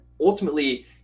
ultimately